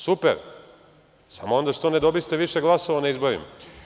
Super, samo onda što ne dobiste više glasova na izborima.